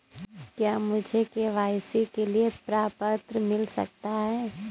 क्या मुझे के.वाई.सी के लिए प्रपत्र मिल सकता है?